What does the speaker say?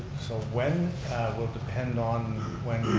so when will depend on when